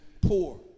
poor